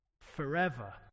forever